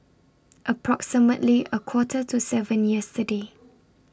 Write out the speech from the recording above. approximately A Quarter to seven yesterday